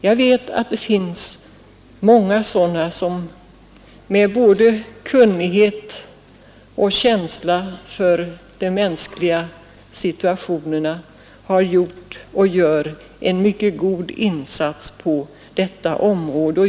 Jag vet att det finns många sådana som med både kunnighet och känsla för de mänskliga situationerna har gjort och gör en mycket god insats på detta område.